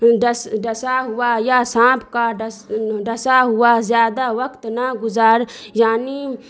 ڈنس ڈنسا ہوا یا سانپ کا ڈنس ڈنسا ہوا زیادہ وقت نہ گزار یعنی